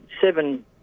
seven